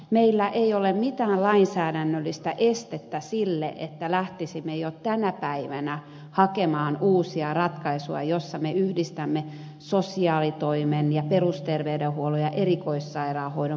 meillä ei ole mitään lainsäädännöllistä estettä sille että lähtisimme jo tänä päivänä hakemaan uusia ratkaisuja joissa me yhdistämme sosiaalitoimen ja perusterveydenhuollon ja erikoissairaanhoidon palveluita